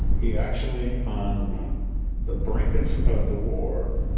he actually, on the brink of of the war,